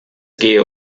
gehe